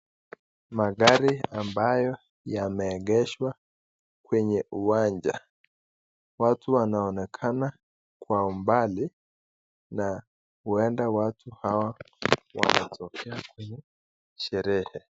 Magari ambayo yameegeshwa kwenye uwanja, watu wanaonekana kwa umbali na huenda watu hawa wakatokea kwenye sherehe.